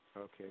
Okay